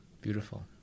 Beautiful